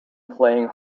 playing